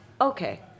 Okay